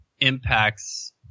impacts